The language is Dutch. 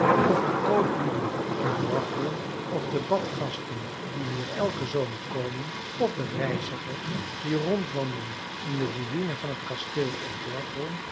of de kooplieden in borgholm of de badgasten die hier elken zomer komen of de reizigers die rond wandelen in de ruïne van t kasteel